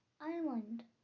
island